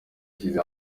yashyize